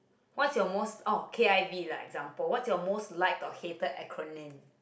what your most oh K_I_V lah example what your most like or hated acronym